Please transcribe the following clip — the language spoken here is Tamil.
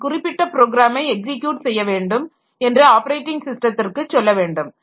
நான் குறிப்பிட்ட ப்ரோக்ராமை எக்ஸிக்யூட் செய்யவேண்டும் என்று ஆப்பரேட்டிங் ஸிஸ்டத்திற்கு சொல்லவேண்டும்